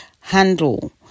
handle